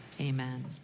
amen